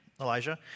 Elijah